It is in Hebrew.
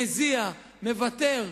מזיע, מוותר.